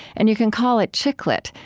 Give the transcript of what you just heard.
and you can call it chick lit,